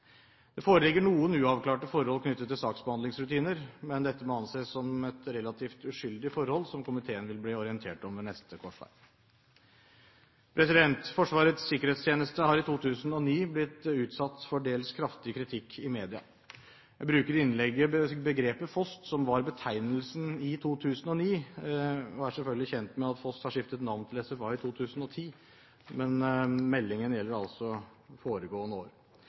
Det foreligger noen uavklarte forhold knyttet til saksbehandlingsrutiner, men dette må anses som et relativt uskyldig forhold, som komiteen vil bli orientert om ved neste korsvei. Forsvarets sikkerhetstjeneste har i 2009 blitt utsatt for til dels kraftig kritikk i media. Jeg bruker i innlegget begrepet «FOST», som var betegnelsen i 2009. Jeg er selvfølgelig kjent med at FOST har skiftet navn til FSA i 2010, men meldingen gjelder altså foregående år.